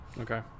Okay